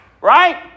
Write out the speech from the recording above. Right